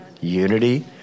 unity